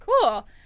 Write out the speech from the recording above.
cool